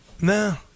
no